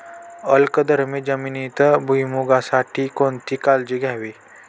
अल्कधर्मी जमिनीत भुईमूगासाठी कोणती काळजी घ्यावी?